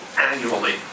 annually